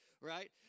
Right